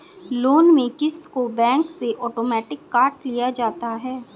loan में क़िस्त को बैंक से आटोमेटिक काट लिया जाता है